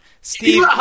Steve